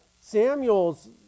Samuel's